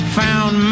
found